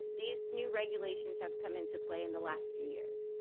these new regulations have come into play in the last few years,